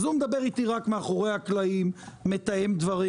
אז הוא מדבר איתי רק מאחורי הקלעים ומתאם דברים,